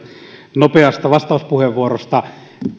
nopeasta vastauspuheenvuorosta